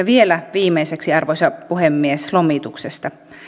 vielä viimeiseksi arvoisa puhemies lomituksesta